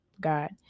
God